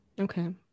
okay